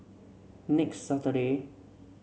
next Saturday